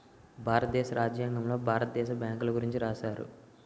భారతదేశ రాజ్యాంగంలో భారత దేశ బ్యాంకుల గురించి రాశారు